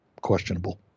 questionable